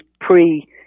pre